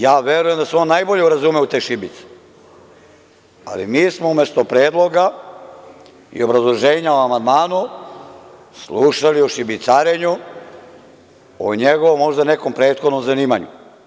Ja verujem da se on najbolje razume u te šibice, ali mi smo umesto predloga i obrazloženja o amandmanu slušali o šibicarenju, o njegovom možda nekom prethodnom zanimanju.